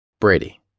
Brady